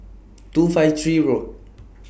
two five three Road